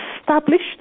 established